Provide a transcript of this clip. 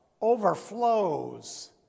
overflows